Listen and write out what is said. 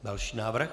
Další návrh.